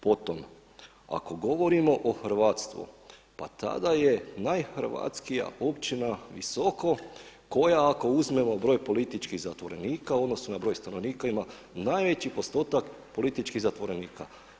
Potom ako govorimo o hrvatstvu, pa tada je najhrvatskija općina Visoko koja ako uzmemo broj političkih zatvorenika u odnosu na broj stanovnika ima najveći postotak političkih zatvorenika.